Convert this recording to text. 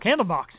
Candlebox